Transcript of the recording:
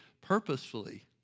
Purposefully